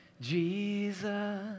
Jesus